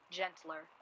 gentler